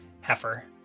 Heifer